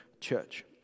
church